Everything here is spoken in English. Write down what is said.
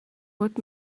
what